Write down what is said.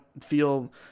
feel